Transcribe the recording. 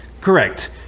Correct